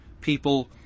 people